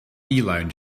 lounge